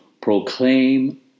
proclaim